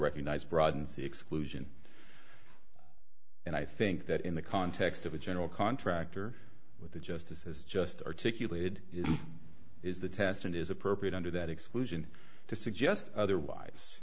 recognized broaden the exclusion and i think that in the context of a general contractor with the justices just articulated it is the test and is appropriate under that exclusion to suggest otherwise